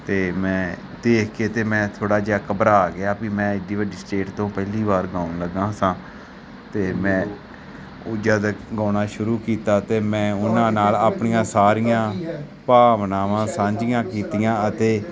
ਅਤੇ ਮੈਂ ਦੇਖ ਕੇ ਅਤੇ ਮੈਂ ਥੋੜ੍ਹਾ ਜਿਹਾ ਘਬਰਾ ਗਿਆ ਭਈ ਮੈਂ ਐਡੀ ਵੱਡੀ ਸਟੇਟ ਤੋਂ ਪਹਿਲੀ ਵਾਰ ਗਾਉਣ ਲੱਗਾ ਸਾਂ ਅਤੇ ਮੈਂ ਉਹ ਜੱਦ ਗਾਉਣਾ ਸ਼ੁਰੂ ਕੀਤਾ ਅਤੇ ਮੈਂ ਉਹਨਾਂ ਨਾਲ ਆਪਣੀਆਂ ਸਾਰੀਆਂ ਭਾਵਨਾਵਾਂ ਸਾਂਝੀਆਂ ਕੀਤੀਆਂ ਅਤੇ